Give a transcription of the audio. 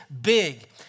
big